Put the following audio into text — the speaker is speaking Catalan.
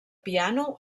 piano